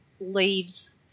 leaves